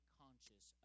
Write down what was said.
conscious